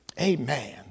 Amen